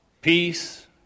peace